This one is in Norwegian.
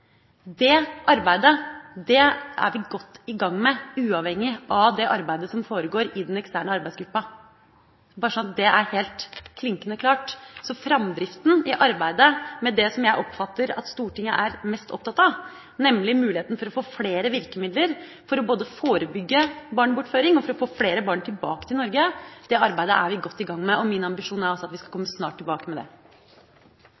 Det arbeidet er vi godt i gang med, uavhengig av det arbeidet som foregår i den eksterne arbeidsgruppa – bare så det er helt klinkende klart. Arbeidet med det jeg oppfatter at Stortinget er mest opptatt av, nemlig muligheten for å få flere virkemidler for både å forebygge barnebortføring og å få flere barn tilbake til Norge, er vi godt i gang med. Min ambisjon er altså at vi skal